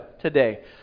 today